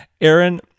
Aaron